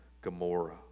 Gomorrah